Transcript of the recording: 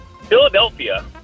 Philadelphia